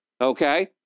okay